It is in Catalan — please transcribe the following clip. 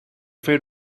fer